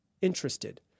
interested